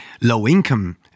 low-income